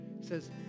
says